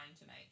tonight